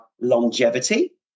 longevity